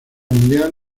mundial